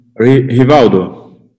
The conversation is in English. Rivaldo